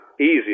easier